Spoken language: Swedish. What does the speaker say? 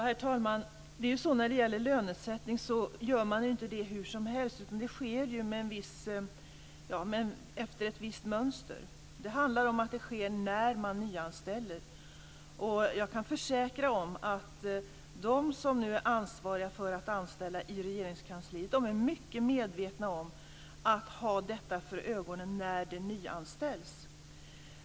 Herr talman! Lönesättning gör man inte hur som helst. Det sker efter ett visst mönster. Det handlar om att det sker när man nyanställer. Jag kan försäkra er att de som nu är ansvariga för att anställa i Regeringskansliet är mycket medvetna om att de ska ha detta för ögonen när det nyanställs.